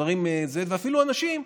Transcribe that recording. ואפילו אנשים,